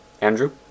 Andrew